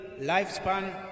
lifespan